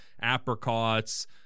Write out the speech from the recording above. apricots